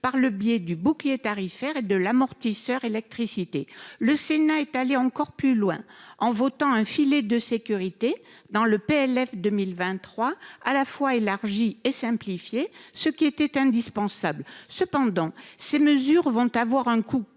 par le biais du bouclier tarifaire et de l'amortisseur électricité le Sénat est allé encore plus loin en votant un filet de sécurité dans le PLF 2023 à la fois élargi et simplifié. Ce qui était indispensable. Cependant, ces mesures vont avoir un coût